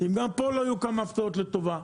אם גם פה לא יהיו כמה הפתעות לטובה,